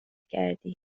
کردی